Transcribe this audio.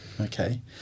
Okay